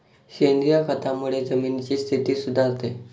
सेंद्रिय खतामुळे जमिनीची स्थिती सुधारते